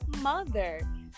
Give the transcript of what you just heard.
mother